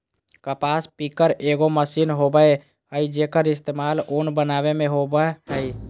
कपास पिकर एगो मशीन होबय हइ, जेक्कर इस्तेमाल उन बनावे में होबा हइ